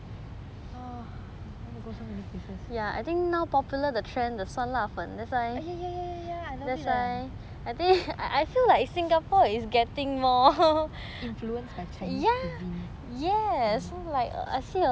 oh I want to go so many places ya ya ya I love it leh influenced by chinese cuisines